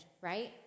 right